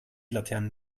laternen